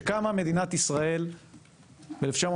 כשקמה מדינת ישראל ב-1948,